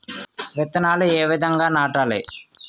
విత్తనాలు ఏ విధంగా నాటాలి?